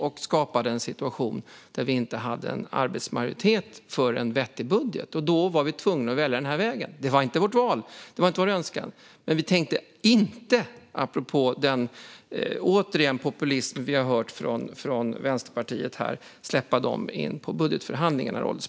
De skapade en situation där vi inte hade en arbetsmajoritet för en vettig budget. Då var vi tvungna att välja den här vägen. Det var inte vårt val, och det var inte vår önskan. Men, herr ålderspresident, återigen apropå den populism vi har hört från Vänsterpartiet här: Vi tänkte inte släppa in dem i budgetförhandlingarna.